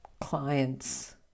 clients